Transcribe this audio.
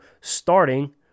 starting